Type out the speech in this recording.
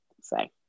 say